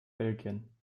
belgien